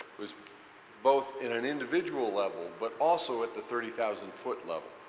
was both in an individual level, but also at the thirty thousand foot level.